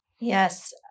Yes